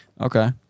Okay